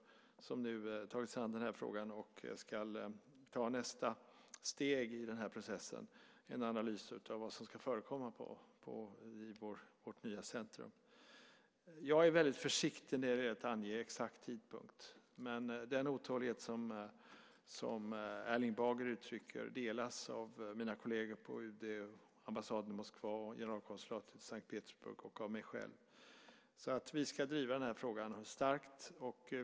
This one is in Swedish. Han har nu tagit sig an den här frågan och ska ta nästa steg i den här processen, en analys av vad som ska förekomma i vårt nya centrum. Jag är väldigt försiktig när det gäller att ange exakt tidpunkt. Men den otålighet som Erling Bager uttrycker delas av mina kolleger på UD, ambassaden i Moskva, generalkonsulatet i S:t Petersburg och av mig själv. Vi ska driva den här frågan starkt.